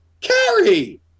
Carrie